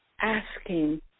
asking